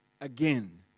again